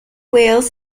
whales